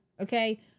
okay